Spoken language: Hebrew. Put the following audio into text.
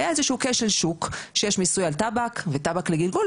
היה איזשהו כשל שוק שיש מיסוי על טבק וטבק לגלגול,